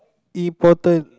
important